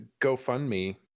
GoFundMe